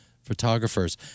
photographers